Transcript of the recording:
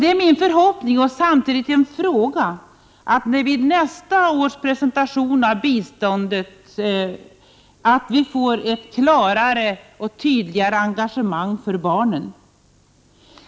Det är min förhoppning — och det är samtidigt en fråga — att vi i nästa års proposition om biståndet kan utläsa ett klarare och tydligare engagemang för barnen.